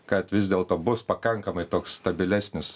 kad vis dėlto bus pakankamai toks stabilesnis